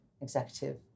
executive